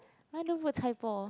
!huh! don't put chai-poh